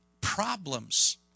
problems